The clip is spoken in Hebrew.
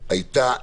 הייתה למופת,